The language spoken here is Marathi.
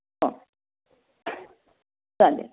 हो चालेल